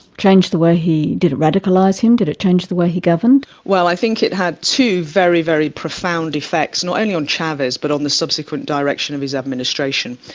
change the way he? did it radicalise him? did it change the way he governed? well, i think it had two very, very profound effects, not only on chavez but on the subsequent direction of his administration.